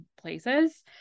places